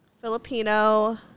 Filipino